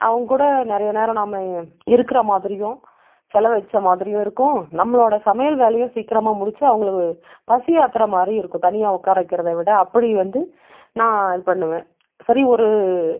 அவங்க கூட நிறைய நேரம் நம்ம இருக்கிற மாதிரியும் செலவு வச்ச மாதிரியும் இருக்கும் நம்மளோட சமையல் வேலையும் சீக்கிரமாக முடிச்சி அவங்கள பசி ஆற்றுர மாதிரியும் இருக்கும் தனியாக உட்கார வைக்கிறத விட அப்படி வந்து நான் பண்ணுவேன் சரி ஒரு